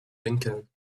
lincoln